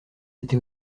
été